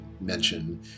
mention